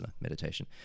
meditation